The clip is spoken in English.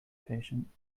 patient